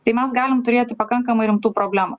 tai mes galim turėti pakankamai rimtų problemų